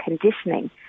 conditioning